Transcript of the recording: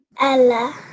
Ella